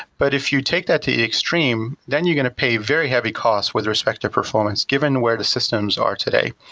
but if you take that to the extreme, then you are going to pay very heavy cost with respect to performance, given where the systems are today.